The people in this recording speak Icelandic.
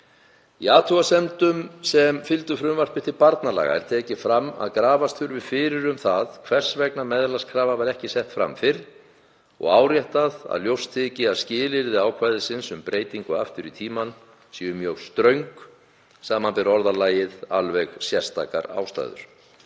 Í athugasemdum sem fylgdu frumvarpi til barnalaga er tekið fram að grafast þurfi fyrir um það hvers vegna meðlagskrafa var ekki sett fram fyrr og áréttað að ljóst þyki að skilyrði ákvæðisins um breytingu aftur í tímann séu mjög ströng, sbr. orðalagið „alveg sérstakar ástæður“.